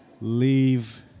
leave